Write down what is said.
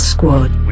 Squad